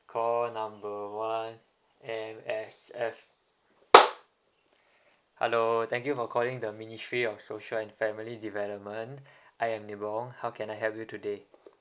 call number one M_S_F hello thank you for calling the ministry of social and family development I am nee bong how can I help you today